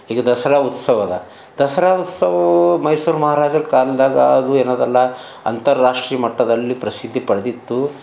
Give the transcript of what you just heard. ಈಗ ದಸರಾ ಉತ್ಸವದ ದಸರಾ ಉತ್ಸವ ಮೈಸೂರು ಮಹಾರಾಜರು ಕಾಲ್ದಾಗ ಅದು ಏನದಲ್ಲ ಅಂತಾರಾಷ್ಟ್ರೀಯ ಮಟ್ಟದಲ್ಲಿ ಪ್ರಸಿದ್ಧಿ ಪಡೆದಿತ್ತು